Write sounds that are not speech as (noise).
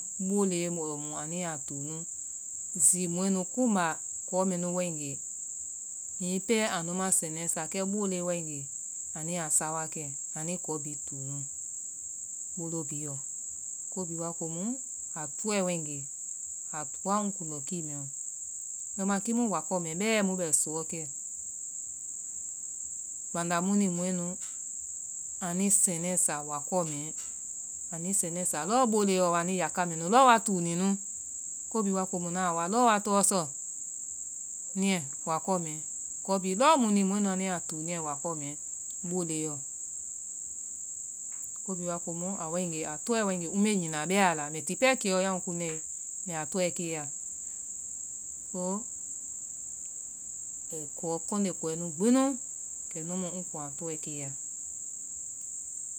Boloe lɔ mu anuiyaa tuu nu zi mɔɛ nu kuumba hibi pɛa a ma sɛnɛ sa, kɛ boloe waegee anuyaa sa wa kɛ anui kɔɔ bihi tuu nu. Bolo bihiyɔ, ko bihi waa komu a toa ŋ kundɔ kiiyɔ bɛimaa kiimu wakɔɔmɛɛ bɛ mu bɛ suɔ kɛ banda mu ni mɔɛ nu anui sɛnɛɛ sa wakɔɔ mɛɛ, anui sɛnɛɛ sa lɔɔ boloɔ wa anui yaka mɛnu lɔɔ wa tuu ninu. Ko bihi waa komu ŋaa wa lɔ wa tɔɔ sɔ, niɛ wakɔɔ mɛɛ. Kɔɔ bihi lɔɔ mu ni mɔɛ nuiyaa tuu niɛ wakɔɔ mɛɛ (unintelligible) ko bihi wa komu a waegee mbee nyina bɛɛ a la mbɛ ti pɛɛ kiyɔ, ya kunɛe, mbɛa tɔɛ keeya, so ai fɔɔ kɔnde kɔɔɛ nu gbi nu kɛnu mu ŋ ku a tɔɛ keeya.